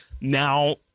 Now